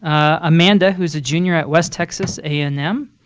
ah amanda, who is a junior at west texas a and m,